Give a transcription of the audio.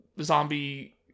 zombie